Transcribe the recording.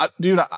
dude